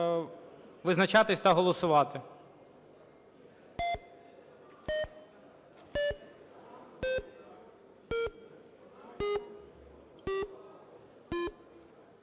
визначатись та голосувати.